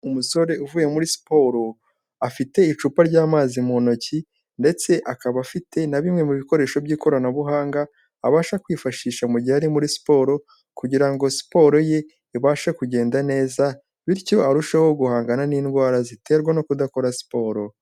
Umusore uvuye muri siporo, afite icupa ry'amazi mu ntoki, ndetse akaba afite na bimwe mu bikoresho by'ikoranabuhanga, abasha kwifashisha mu gihe ari muri siporo, kugira ngo siporo ye ibashe kugenda neza, bityo arusheho guhangana n'indwara ziterwa no kudakora siporo.